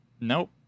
Nope